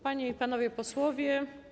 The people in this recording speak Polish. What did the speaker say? Panie i Panowie Posłowie!